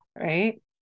right